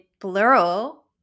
plural